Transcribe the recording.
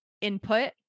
input